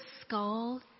skull